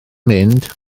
mynd